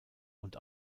und